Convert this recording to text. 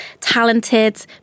talented